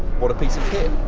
what a piece of kit.